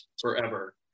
forever